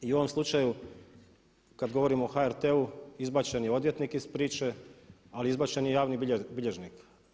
I u ovom slučaju kad govorimo o HRT-u izbačen je odvjetnik iz priče ali izbačen je i javni bilježnik.